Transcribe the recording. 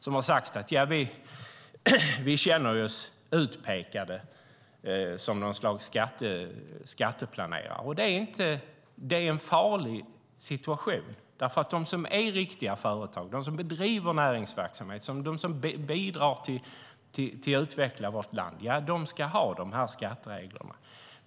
De har sagt: Vi känner oss utpekade som något slags skatteplanerare. Det är en farlig situation. De som är riktiga företag, bedriver näringsverksamhet och bidrar till att utveckla vårt land, de ska ha de här skattereglerna.